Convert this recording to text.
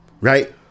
Right